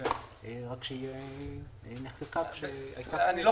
רק שהיא נחקקה כשהייתה כנסת --- אני לא